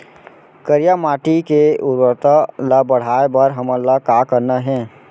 करिया माटी के उर्वरता ला बढ़ाए बर हमन ला का करना हे?